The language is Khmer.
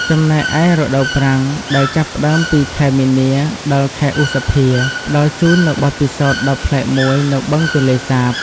ចំណែកឯរដូវប្រាំង ដែលចាប់ផ្តើមពី ខែមីនា ដល់ ខែឧសភា ផ្តល់ជូននូវបទពិសោធន៍ដ៏ប្លែកមួយនៅបឹងទន្លេសាប។